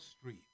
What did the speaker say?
Street